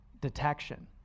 detection